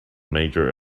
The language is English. major